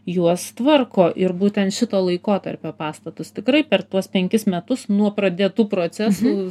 juos tvarko ir būtent šito laikotarpio pastatus tikrai per tuos penkis metus nuo pradėtų procesų